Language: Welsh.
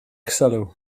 sylw